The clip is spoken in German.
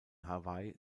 hawaii